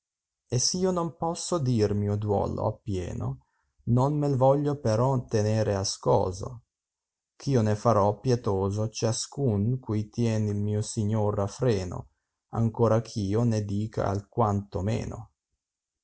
e sio non posso dir mio duolo appieno non mei voglio però tenere ascoso ch io ne farò pietoso ciascun cui tien il mio signor a freno ancorach io ne dica